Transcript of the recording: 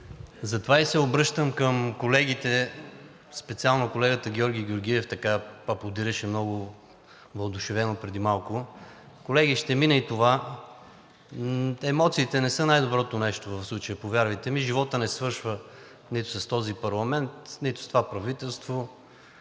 Затова се обръщам към колегите – специално колегата Георги Георгиев аплодираше много въодушевено преди малко. Колеги, ще мине и това. Емоциите не са най-доброто нещо в случая, повярвайте ми. Животът не свършва нито с този парламент, нито с това правителство.